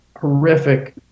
horrific